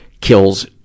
kills